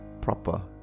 proper